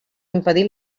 impedir